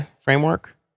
framework